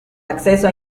acceso